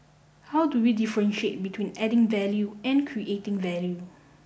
how do we differentiate between adding value and creating value